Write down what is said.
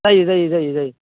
जायो जायो जायो